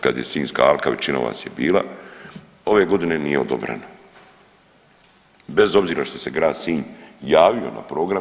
Kad je sinjska alka većina vas je bila, ove godine nije odobreno bez obzira što se grad Sinj javio na program.